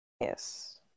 Yes